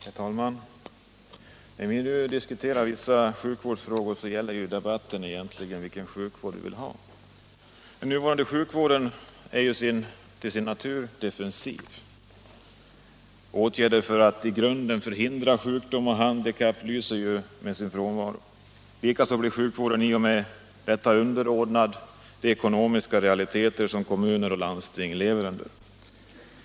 Herr talman! När vi nu diskuterar vissa sjukvårdsfrågor gäller egentligen debatten vilken sjukvård vi vill ha. Den nuvarande sjukvården är defensiv till sin natur. Åtgärder för att i grunden förhindra sjukdom och handikapp lyser med sin frånvaro. Sjukvården blir i och med detta underordnad de ekonomiska realiteter som kommuner och landsting lever under.